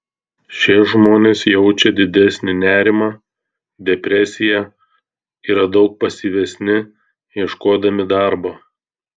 šie žmonės jaučia didesnį nerimą depresiją yra daug pasyvesni ieškodami darbo